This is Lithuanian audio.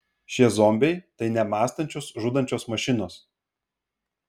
šie zombiai tai nemąstančios žudančios mašinos